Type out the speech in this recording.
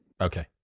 Okay